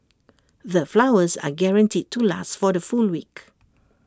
the flowers are guaranteed to last for the full week